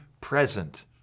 present